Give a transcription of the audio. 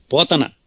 Potana